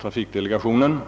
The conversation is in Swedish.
trafikdelegationen.